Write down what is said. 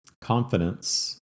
Confidence